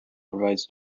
provides